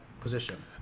position